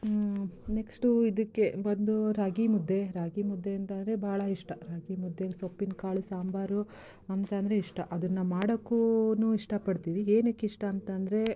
next ಇದಕ್ಕೆ ಬಂದು ರಾಗಿ ಮುದ್ದೆ ರಾಗಿ ಮುದ್ದೆ ಅಂತಂದರೆ ಭಾಳ ಇಷ್ಟ ರಾಗಿ ಮುದ್ದೆಲಿ ಸೊಪ್ಪಿನ ಕಾಳು ಸಾಂಬಾರು ಅಂತಂದರೆ ಇಷ್ಟ ಅದನ್ನು ಮಾಡಕ್ಕೂ ಇಷ್ಟಪಡ್ತೀವಿ ಏನಕ್ಕೆ ಇಷ್ಟ ಅಂತಂದರೆ